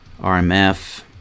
RMF